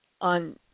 on